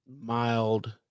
mild